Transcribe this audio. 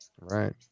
Right